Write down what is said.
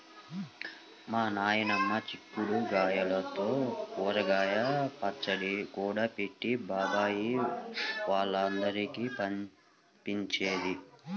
మా నాయనమ్మ చిక్కుడు గాయల్తో ఊరగాయ పచ్చడి కూడా పెట్టి బాబాయ్ వాళ్ళందరికీ పంపించేది